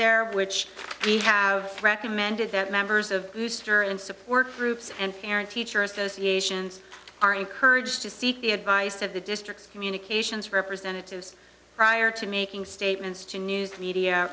there which we have recommended that members of your in support groups and farron teachers associations are encouraged to seek the advice of the district's communications representatives prior to making statements to news media